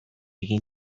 egin